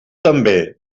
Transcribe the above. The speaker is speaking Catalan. també